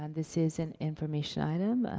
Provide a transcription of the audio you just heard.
and this is an information item.